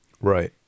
Right